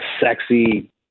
sexy